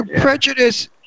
prejudice